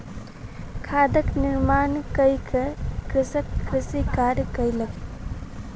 खादक निर्माण कय के कृषक कृषि कार्य कयलक